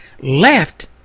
left